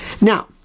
Now